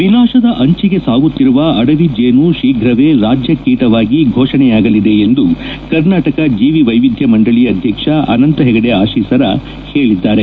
ವಿನಾಶದ ಅಂಚಿಗೆ ಸಾಗುತ್ತಿರುವ ಅಡವಿ ಜೇನು ಶೀಘ್ರವೇ ರಾಜ್ಯ ಕೀಟಿವಾಗಿ ಘೋಷಣೆಯಾಗಲಿದೆ ಎಂದು ಕರ್ನಾಟಕ ಜೀವ ವೈವಿಧ್ಯ ಮಂಡಳಿ ಅಧ್ಯಕ್ಷ ಅನಂತ ಹೆಗಡೆ ಆಶೀಸರ ಹೇಳಿದ್ದಾರೆ